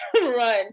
run